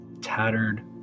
Tattered